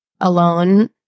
alone